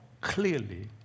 clearly